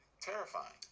Terrifying